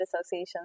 Association